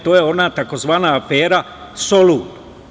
To je ona tzv. afera „Solun“